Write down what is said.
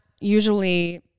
usually